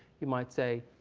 you might say,